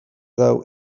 dago